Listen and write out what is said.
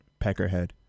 Peckerhead